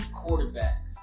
quarterbacks